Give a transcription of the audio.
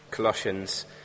Colossians